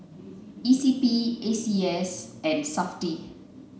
E C P A C S and SAFTI